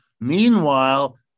Meanwhile